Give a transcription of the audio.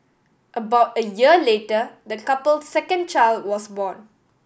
about a year later the couple's second child was born